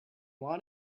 want